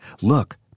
Look